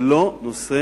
זה לא נושא